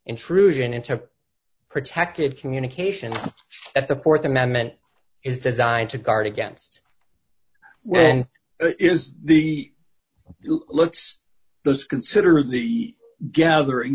intrusion into protected communications at the th amendment is designed to guard against when it is the looks those consider the gather